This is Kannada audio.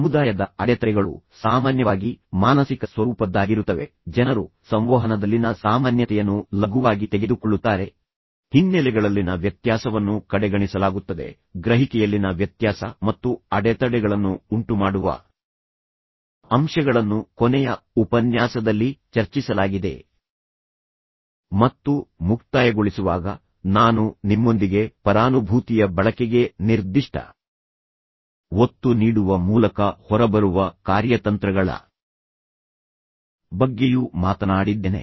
ಸಮುದಾಯದ ಅಡೆತಡೆಗಳು ಸಾಮಾನ್ಯವಾಗಿ ಮಾನಸಿಕ ಸ್ವರೂಪದ್ದಾಗಿರುತ್ತವೆ ಜನರು ಸಂವಹನದಲ್ಲಿನ ಸಾಮಾನ್ಯತೆಯನ್ನು ಲಘುವಾಗಿ ತೆಗೆದುಕೊಳ್ಳುತ್ತಾರೆ ಹಿನ್ನೆಲೆಗಳಲ್ಲಿನ ವ್ಯತ್ಯಾಸವನ್ನು ಕಡೆಗಣಿಸಲಾಗುತ್ತದೆ ಗ್ರಹಿಕೆಯಲ್ಲಿನ ವ್ಯತ್ಯಾಸ ಮತ್ತು ಅಡೆತಡೆಗಳನ್ನು ಉಂಟುಮಾಡುವ ಅಂಶಗಳನ್ನು ಕೊನೆಯ ಉಪನ್ಯಾಸದಲ್ಲಿ ಚರ್ಚಿಸಲಾಗಿದೆ ಮತ್ತು ಮುಕ್ತಾಯಗೊಳಿಸುವಾಗ ನಾನು ನಿಮ್ಮೊಂದಿಗೆ ಪರಾನುಭೂತಿಯ ಬಳಕೆಗೆ ನಿರ್ದಿಷ್ಟ ಒತ್ತು ನೀಡುವ ಮೂಲಕ ಹೊರಬರುವ ಕಾರ್ಯತಂತ್ರಗಳ ಬಗ್ಗೆಯೂ ಮಾತನಾಡಿದ್ದೇನೆ